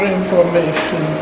information